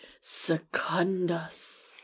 Secundus